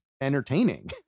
entertaining